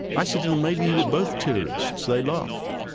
i said to them, maybe you were both terrorists. they laughed.